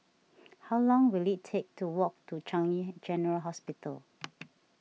how long will it take to walk to Changi General Hospital